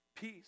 peace